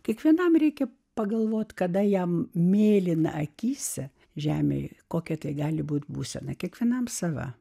kiekvienam reikia pagalvoti kada jam mėlyna akyse žemėje kokia tegali būti būsena kiekvienam sava